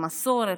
מסורת,